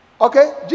okay